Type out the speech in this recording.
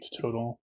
total